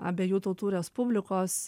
abiejų tautų respublikos